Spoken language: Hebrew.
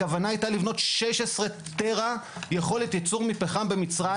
הכוונה היתה לבנות 16- -- יכולת ייצור מפחם במצרים